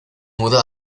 mudó